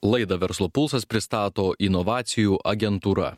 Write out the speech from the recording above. laidą verslo pulsas pristato inovacijų agentūra